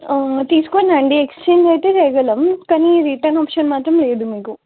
తీసుకోనండి exchange అయితే చేేయగలం కానీ రిటర్న్ ఆప్షన్ మాత్రం లేదు మీకు